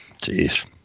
Jeez